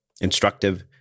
instructive